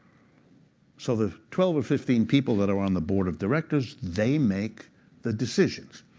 so the twelve or fifteen people that are on the board of directors, they make the decisions.